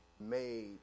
made